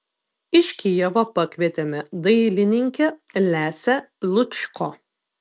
iš kijevo pakvietėme dailininkę lesią lučko